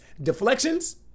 Deflections